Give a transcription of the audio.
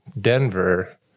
Denver